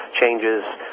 changes